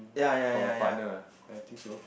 for a partner I think so